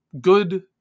good